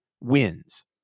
wins